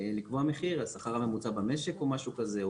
לקבוע מחיר, השכר הממוצע במשק או משהו כזה.